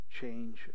change